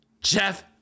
Jeff